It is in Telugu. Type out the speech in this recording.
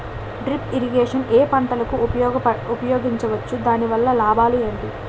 డ్రిప్ ఇరిగేషన్ ఏ పంటలకు ఉపయోగించవచ్చు? దాని వల్ల లాభాలు ఏంటి?